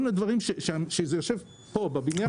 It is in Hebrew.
כל הדברים הללו יושבים פה, בבניין הזה.